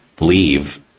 leave